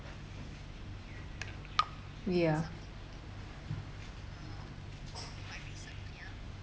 ya